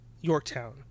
Yorktown